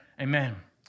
Amen